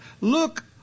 Look